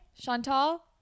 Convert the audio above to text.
Chantal